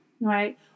right